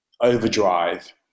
Overdrive